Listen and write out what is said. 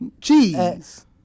Cheese